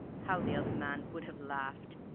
how the other man would have laughed!